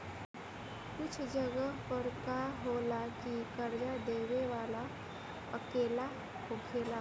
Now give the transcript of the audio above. कुछ जगह पर का होला की कर्जा देबे वाला अकेला होखेला